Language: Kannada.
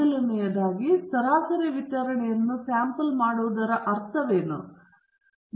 ಮೊದಲನೆಯದಾಗಿ ಸರಾಸರಿ ವಿತರಣೆಯನ್ನು ಸ್ಯಾಂಪಲ್ ಮಾಡುವುದರ ಮೂಲಕ ಅರ್ಥವೇನು